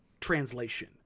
translation